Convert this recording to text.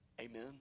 amen